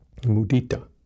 Mudita